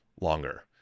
longer